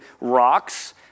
rocks